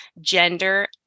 gender